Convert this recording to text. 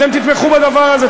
אתם תתמכו בדבר הזה,